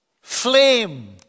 flame